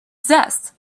zest